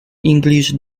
english